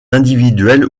individuel